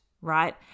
right